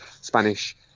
Spanish